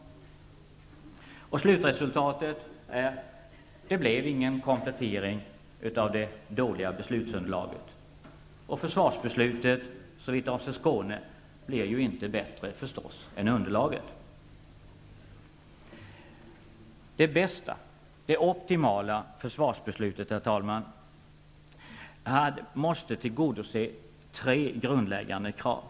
Slutresultatet är att det inte blev någon komplettering av det dåliga beslutsunderlaget. Försvarsbeslutet, såvitt avser Skåne, blir förstås inte bättre än underlaget. Det bästa, det optimala, försvarsbeslutet måste tillgodose tre grundläggande krav.